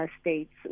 states